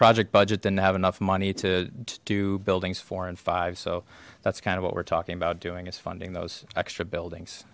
project budget didn't have enough money to do buildings four and five so that's kind of what we're talking about doing is funding those extra buildings